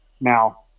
Now